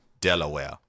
Delaware